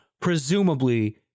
presumably